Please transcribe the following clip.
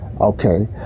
Okay